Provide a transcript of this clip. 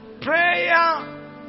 Prayer